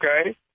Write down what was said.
Okay